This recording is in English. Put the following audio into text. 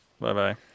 Bye-bye